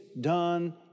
done